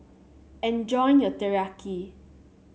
enjoy your Teriyaki